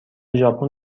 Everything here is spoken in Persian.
ژاپن